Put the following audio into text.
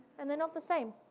and they're not the same.